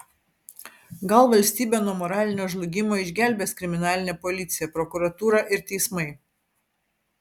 gal valstybę nuo moralinio žlugimo išgelbės kriminalinė policija prokuratūra ir teismai